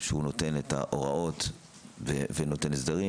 שהוא נותן את ההוראות ונותן הסדרים.